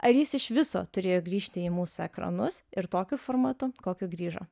ar jis iš viso turėjo grįžti į mūsų ekranus ir tokiu formatu kokiu grįžo